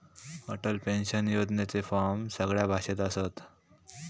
Atal pension योजनेचे form सगळ्या भाषेत असत